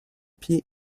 pieds